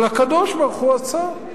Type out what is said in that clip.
אבל הקדוש-ברוך-הוא אסר.